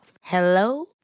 Hello